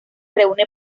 reúne